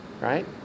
Right